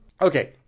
Okay